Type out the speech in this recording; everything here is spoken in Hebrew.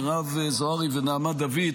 מרב זוהרי ונעמה דוד,